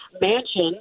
mansion